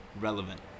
relevant